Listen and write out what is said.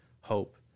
hope